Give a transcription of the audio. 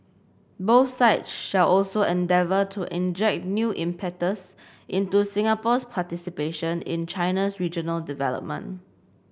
both sides shall also endeavour to inject new impetus into Singapore's participation in China's regional development